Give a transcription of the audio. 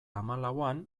hamalauan